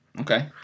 Okay